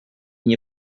nie